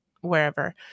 wherever